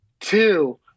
two